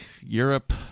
europe